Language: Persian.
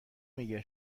میگه